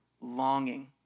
longing